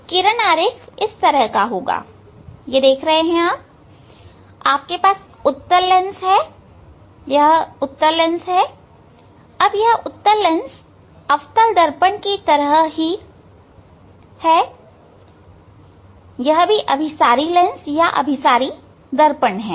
किरण आरेख इस तरह का होगा आपके पास उत्तल लेंस है अब उत्तल लेंस अवतल दर्पण की तरह ही वह भी अभिसारी लेंस या अभिसारी दर्पण है